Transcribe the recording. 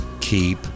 keep